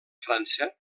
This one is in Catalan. frança